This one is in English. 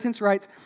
rights